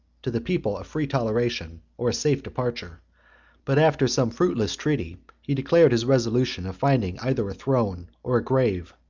to the people a free toleration, or a safe departure but after some fruitless treaty he declared his resolution of finding either a throne, or a grave,